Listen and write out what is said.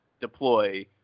deploy